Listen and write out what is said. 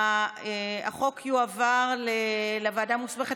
החוק יועבר לוועדה המוסמכת,